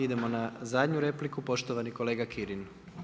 Idemo na zadnju repliku, poštovani kolega Kirin.